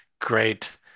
Great